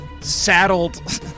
saddled